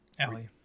Ellie